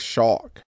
Shock